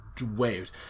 waved